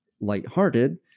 lighthearted